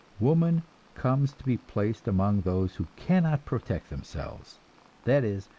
woman comes to be placed among those who cannot protect themselves that is,